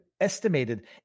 estimated